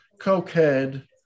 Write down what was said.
cokehead